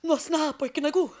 nuo snapo iki nagų